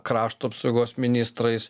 krašto apsaugos ministrais